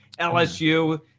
LSU